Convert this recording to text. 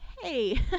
Hey